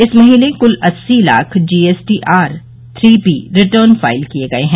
इस महीने क्ल अस्सी lakh GSTR three B return file किए गए हैं